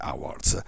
Awards